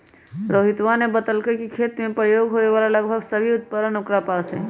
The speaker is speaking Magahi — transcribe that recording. रोहितवा ने बतल कई कि खेत में प्रयोग होवे वाला लगभग सभी उपकरण ओकरा पास हई